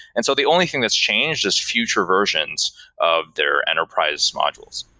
and so the only thing that's changed is future versions of their enterprise modules.